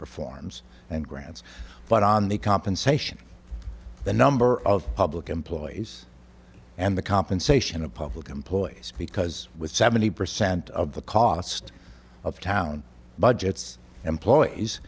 reforms and grants but on the compensation the number of public employees and the compensation of public employees because with seventy percent of the cost of town budgets employees